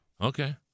Okay